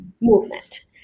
movement